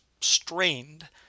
strained